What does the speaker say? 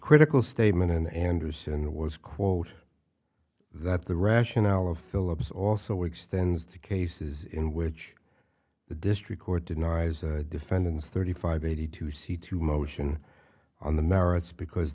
critical statement in anderson was quote that the rationale of philips also extends to cases in which the district court denies defendants thirty five eighty two c two motion on the merits because